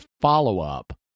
follow-up